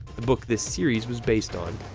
the book this series was based on.